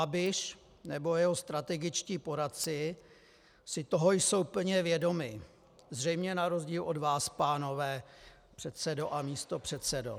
Babiš nebo jeho strategičtí poradci si toho jsou plně vědomi, zřejmě na rozdíl od vás, pánové předsedo a místopředsedo.